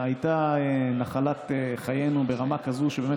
הייתה נחלת חיינו ברמה כזו שבאמת היא